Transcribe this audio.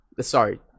Sorry